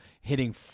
hitting